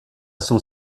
son